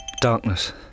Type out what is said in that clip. Darkness